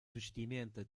vestimenta